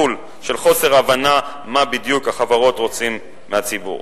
של חוסר הבנה מה בדיוק החברות רוצות ממנו.